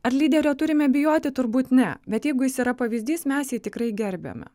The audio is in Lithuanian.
ar lyderio turime bijoti turbūt ne bet jeigu jis yra pavyzdys mes jį tikrai gerbiame